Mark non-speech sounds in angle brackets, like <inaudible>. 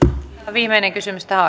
viimeinen kysymys tähän <unintelligible>